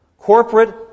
Corporate